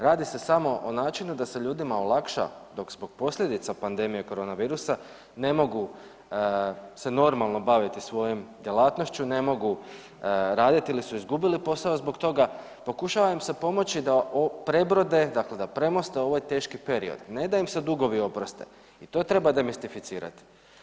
Radi se samo o načinu da se ljudima olakša dok zbog posljedica pandemije koronavirusa ne mogu se normalno baviti svojom djelatnošću, ne mogu raditi ili su izgubili posao zbog toga, pokušava im se pomoći da prebrode, dakle da premoste ovaj teški period, ne da im se dugovi oproste i to treba demistificirati.